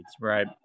right